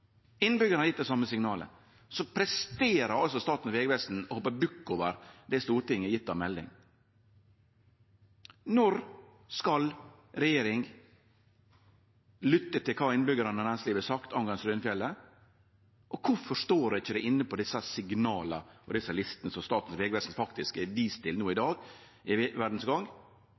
har gjeve dei same signala. Så presterer Statens vegvesen å hoppe bukk over meldinga Stortinget har gjeve. Når skal regjeringen lytte til kva innbyggjarane og næringslivet har sagt om Strynefjellet, og kvifor står det ikkje inne på desse signala, desse listene som Staten vegvesen har vist til i VG no i dag?